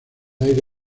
aire